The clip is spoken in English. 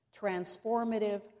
transformative